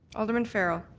alderman farrell?